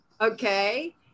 okay